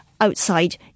outside